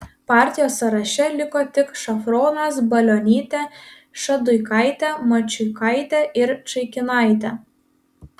partijos sąraše liko tik šafronas balionytė šaduikaitė mačiuikaitė ir čaikinaitė